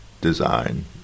design